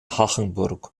hachenburg